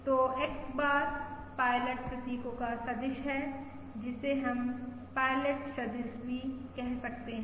तो X bar pilot प्रतीकों का सदिश है जिसे हम पायलट सदिश भी कह सकते हैं